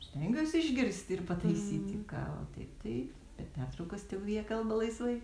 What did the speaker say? stengiuosi išgirsti ir pataisyti ką o taip tai per pertraukas tegu jie kalba laisvai